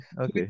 okay